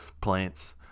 plants